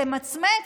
תמצמץ,